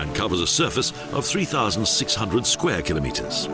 and covers the surface of three thousand six hundred square kilometers